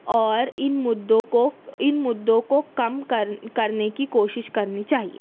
اور ان مدعوں کو ان مدعوں کو کم کر کرنے کی کوشش کرنی چاہیے